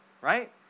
right